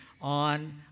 on